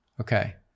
okay